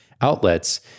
outlets